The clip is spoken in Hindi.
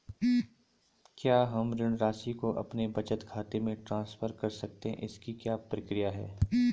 क्या हम ऋण राशि को अपने बचत खाते में ट्रांसफर कर सकते हैं इसकी क्या प्रक्रिया है?